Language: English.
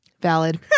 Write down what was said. Valid